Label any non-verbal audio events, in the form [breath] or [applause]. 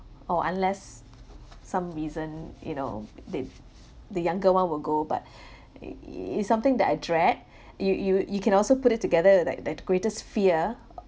or unless some reason you know the the younger one will go but [breath] it it's something that I dread you you you can also put it together like the the greatest fear